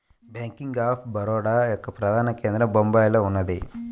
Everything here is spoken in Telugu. బ్యేంక్ ఆఫ్ బరోడ యొక్క ప్రధాన కేంద్రం బొంబాయిలో ఉన్నది